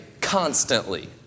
constantly